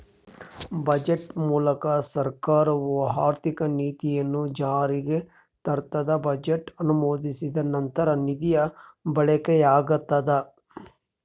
budget ಮೂಲಕ ಸರ್ಕಾರವು ಆರ್ಥಿಕ ನೀತಿಯನ್ನು ಜಾರಿಗೆ ತರ್ತದ ಬಜೆಟ್ ಅನುಮೋದಿಸಿದ ನಂತರ ನಿಧಿಯ ಬಳಕೆಯಾಗ್ತದ